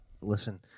Listen